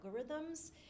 algorithms